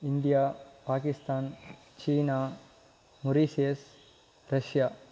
India Pakistan China Mauritius Russia